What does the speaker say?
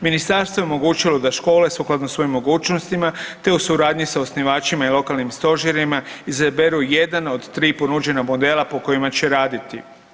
Ministarstvo je omogućilo da škole sukladno svojim mogućnostima te u suradnji s osnivačima i lokalnim stožerima izaberu jedan od tri ponuđena modela po kojima će raditi.